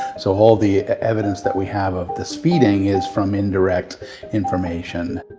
so all the evidence that we have of this feeding is from indirect information.